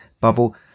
bubble